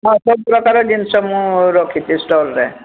ନା ସବୁ ପ୍ରକାର ଜିନଷ ମୁଁ ରଖିଛି ଷ୍ଟଲ୍ରେ